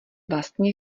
vlastně